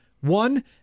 one